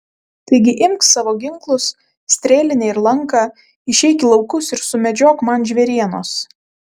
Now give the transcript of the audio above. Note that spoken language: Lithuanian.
taigi imk savo ginklus strėlinę ir lanką išeik į laukus ir sumedžiok man žvėrienos